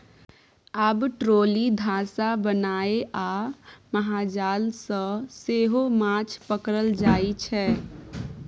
आब ट्रोली, धासा बनाए आ महाजाल सँ सेहो माछ पकरल जाइ छै